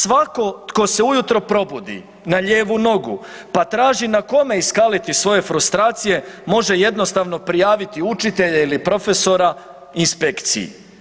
Svako tko se ujutro probudi na lijevu nogu pa traži na kome iskaliti svoje frustracije može jednostavno prijaviti učitelja ili profesora inspekciji.